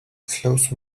close